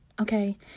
okay